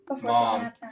mom